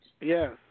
Yes